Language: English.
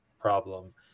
problem